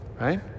right